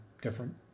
different